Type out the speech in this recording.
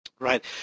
Right